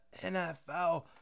NFL